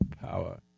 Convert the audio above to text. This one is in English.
Power